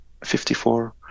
54